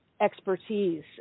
expertise